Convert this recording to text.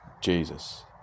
Jesus